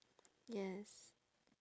yes